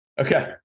Okay